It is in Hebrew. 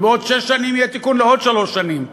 ובעוד שש שנים יהיה תיקון לעוד שלוש שנים.